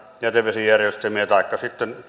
jätevesijärjestelmiä taikka sitten